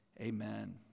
Amen